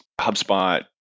HubSpot